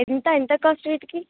ఎంత ఎంత కాస్ట్ వీటికి